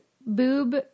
boob